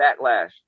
backlash